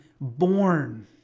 born